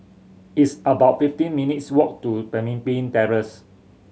it's about fifteen minutes' walk to Pemimpin Terrace